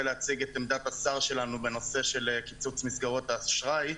להציג את עמדת השר שלנו בנושא של קיצוץ מסגרות האשראי.